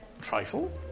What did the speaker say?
Trifle